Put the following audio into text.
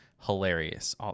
Hilarious